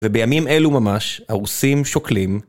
ובימים אלו ממש, הרוסים שוקלים.